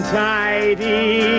tidy